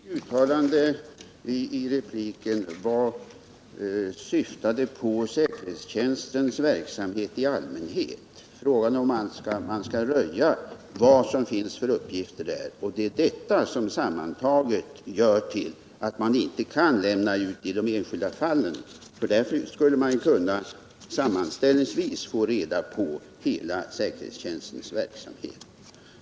Herr talman! Mitt inlägg i repliken syftade på säkerhetstjänstens verksamhet i allmänhet och frågan om man skall röja vilka uppgifter som finns hos säkerhetstjänsten. Det är detta som sammantaget gör att man i det enskilda fallet inte kan lämna ut uppgifter, för då skulle det bli möjligt att sammanställningsvis få reda på hela säkerhetstjänstens verksamhet.